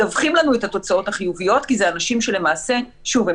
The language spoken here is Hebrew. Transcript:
מדווחים לנו את התוצאות החיוביות כי אלה אנשים שלמעשה שוב,